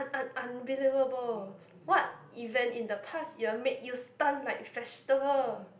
un~ un~ unbelievable what event in the past year make you stunt like vegetable